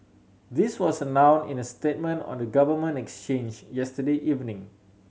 this was announce in a statement on the Government Exchange yesterday evening